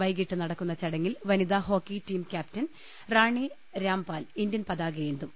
വൈകീട്ട് നട ക്കുന്ന ചടങ്ങിൽ വനിതാഹോക്കി team captain Rani Rampal Indian പതാകയേന്തും